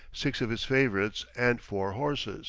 six of his favourites, and four horses